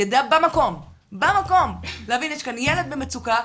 יידע במקום - במקום - להבין: יש כאן ילד במצוקה,